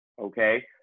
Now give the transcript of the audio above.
okay